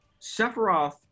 Sephiroth